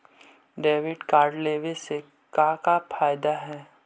Debit card लेवे से का का फायदा है?